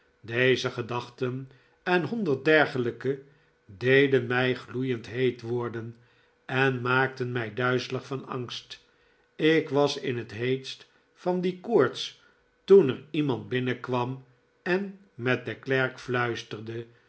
deze gedachten en honderd dergelijke deden mij gloeiend heet worden en maakten mij duizelig van angst ik was in het heetst van die koorts toen er iemand binnenkwam en met den klerk fluisterde